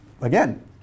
again